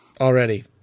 already